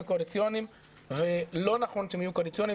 קואליציוניים ולא נכון שהם יהיו קואליציוניים,